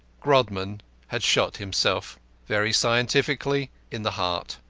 grodman had shot himself very scientifically in the heart.